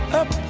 up